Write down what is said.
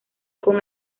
con